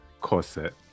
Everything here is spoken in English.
corset